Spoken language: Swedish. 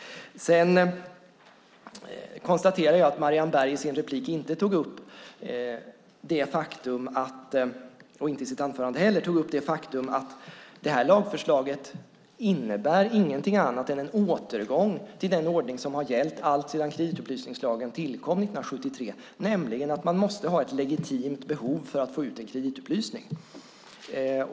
Sedan konstaterar jag att Marianne Berg i varken sin replik eller sitt anförande tog upp det faktum att detta lagförslag inte innebär något annat än en återgång till den ordning som har gällt alltsedan kreditupplysningslagen tillkom 1973, nämligen att man måste ha ett legitimt behov för att få ut en kreditupplysning.